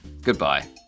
Goodbye